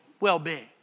well-being